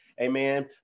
amen